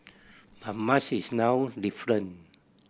but much is now different